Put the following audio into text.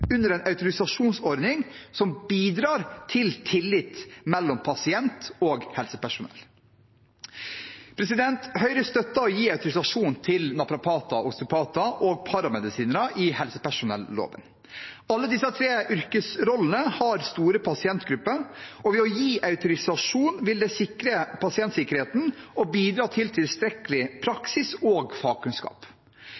under en autorisasjonsordning som bidrar til tillit mellom pasient og helsepersonell. Høyre støtter å gi autorisasjon til naprapater, osteopater og paramedisinere i helsepersonelloven. Alle disse tre yrkesrollene har store pasientgrupper, og ved å gi autorisasjon vil det sikre pasientsikkerheten og bidra til tilstrekkelig